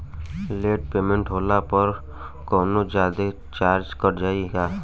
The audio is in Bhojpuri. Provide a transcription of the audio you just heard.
लेट पेमेंट होला पर कौनोजादे चार्ज कट जायी का?